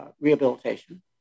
rehabilitation